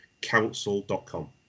council.com